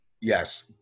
Yes